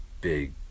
big